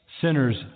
sinners